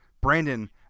Brandon